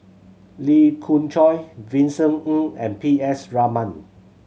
Lee Khoon Choy Vincent Ng and P S Raman